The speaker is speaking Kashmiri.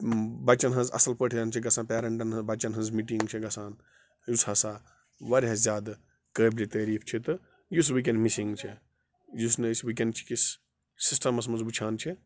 بَچَن ہٕنٛز اَصٕل پٲٹھۍ چھِ گژھان پیرَنٹَن ہہٕ بَچَن ہٕنٛز مِٹِنٛگ چھِ گژھان یُس ہسا واریاہ زیادٕ قٲبلہِ تعٲریٖف چھِ تہٕ یُس وٕکٮ۪ن مِسِنٛگ چھِ یُس نہٕ أسۍ وٕکٮ۪ن چہِ کِس سِسٹَمس منٛز وٕچھان چھِ